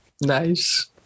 Nice